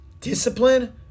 discipline